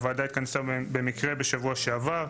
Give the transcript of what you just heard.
הוועדה התכנסה במקרה בשבוע שעבר,